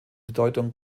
bedeutung